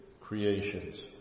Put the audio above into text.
creations